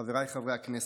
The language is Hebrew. חבריי חברי הכנסת,